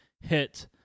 hit